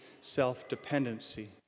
self-dependency